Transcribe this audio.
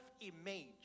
image